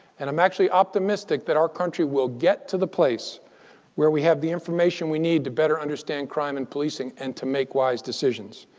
and i'm actually optimistic that our country will get to the place where we have the information we need to better understand crime and policing and to make wise decisions.